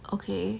okay